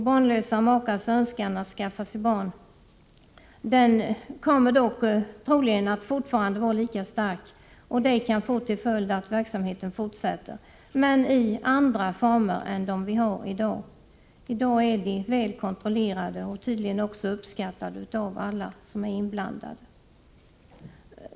Barnlösa makars önskan att skaffa sig barn kommer dock, troligen är det så, att fortfara att vara lika stark. Det kan få till följd att verksamheten fortsätter, men i andra former än dem vi har i dag. I dag är verksamheten väl kontrollerad och tydligen också uppskattad av alla inblandade parter.